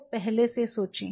तो पहले से सोचें